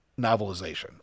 novelization